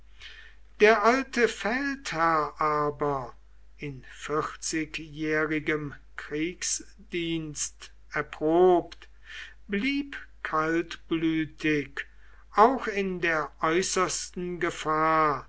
der alte feldherr aber in vierzigjährigem kriegsdienst erprobt blieb kaltblütig auch in der äußersten gefahr